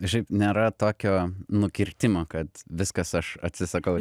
šiaip nėra tokio nukirtimo kad viskas aš atsisakau